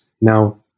now